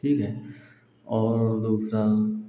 ठीक है और दूसरा है